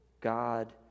God